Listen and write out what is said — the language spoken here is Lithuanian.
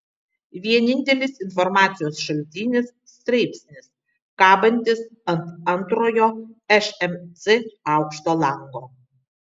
vienintelis informacijos šaltinis straipsnis kabantis ant antrojo šmc aukšto lango